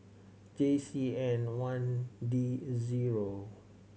J C N one D zero